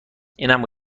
اینم